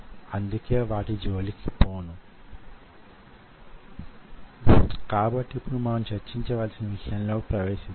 ఇవి మీరు అనుసరించే యీ నాటి అత్యాధునిక సాంకేతికతలను అర్థం చేసుకోవడానికి సహకరిస్తాయి